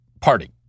party